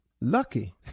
Lucky